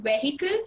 vehicle